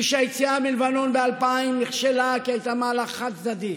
כפי שהיציאה מלבנון ב-2000 נכשלה כי היא הייתה מהלך חד-צדדי.